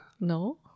No